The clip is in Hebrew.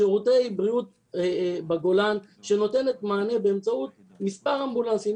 שירותי בריאות בגולן שנותנת מענה באמצעות מספר אמבולנסים,